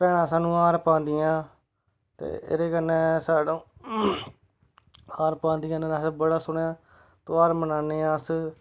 भैना स्हानू हार पांदियां ते एह्दे कन्नै साढ़े हार पांदियां ने ते अस बड़े सोह्ने त्योहार मनान्ने आं अस